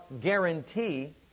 guarantee